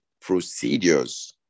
procedures